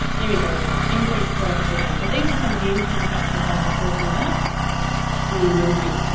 here we go, increased productivity. so these are some of the interim factors i was talking about from memory.